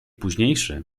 późniejszy